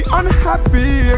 unhappy